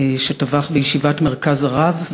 שטבח בתלמידי ישיבת "מרכז הרב",